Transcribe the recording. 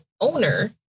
owner